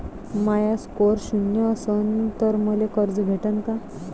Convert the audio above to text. माया score शून्य असन तर मले कर्ज भेटन का?